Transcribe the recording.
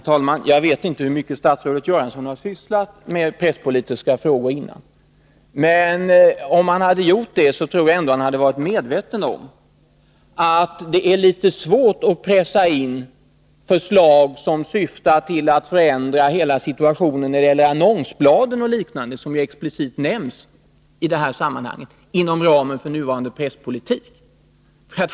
Herr talman! Jag vet inte hur mycket statsrådet Göransson har sysslat med presspolitiska frågor tidigare. Men om han hade gjort det, tror jag att han hade varit medveten om att det är litet svårt att pressa in förslag som syftar till att förändra hela situationen när det gäller annonsbladen och liknande, som ju explicit nämns i detta sammanhang, inom ramen för nuvarande presspolitik.